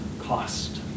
cost